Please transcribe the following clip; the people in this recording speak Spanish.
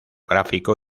gráfico